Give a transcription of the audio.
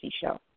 show